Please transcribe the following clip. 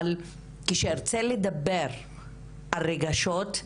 אבל כשארצה לדבר על רגשות,